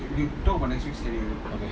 okay